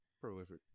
prolific